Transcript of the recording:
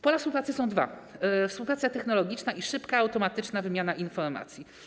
Pola współpracy są dwa: współpraca technologiczna i szybka automatyczna wymiana informacji.